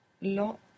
Lo